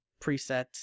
presets